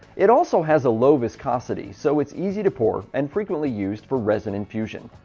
it also has a low viscosity so it's easy to pour and frequently used for resin infusion.